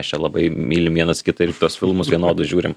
mes čia labai mylim vienas kitą ir tuos filmus vienodus žiūrim